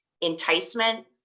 enticement